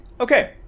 Okay